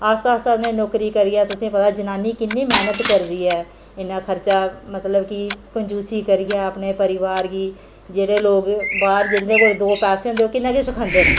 आस्ता आस्ता उ'नें नौकरी करियै तुसेंगी पता जनानी किन्नी गै मैहनत करदी ऐ इन्ना खर्चा मतलब कि कजूंसी करियै अपने परिवार गी जेह्ड़े लोक बाहर जिंदे कोल दो पैसे होंदे ओह् किन्ना किश खंदे न